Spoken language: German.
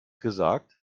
gesagt